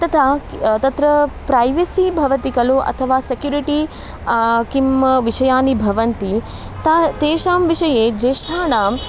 तथा तत्र प्रैवेसि भवति खलु अथवा सेक्युरिटि किं विषयाः भवन्ति ता तेषां विषये ज्येष्ठानाम्